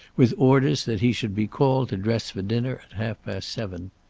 with orders that he should be called to dress for dinner at half-past seven.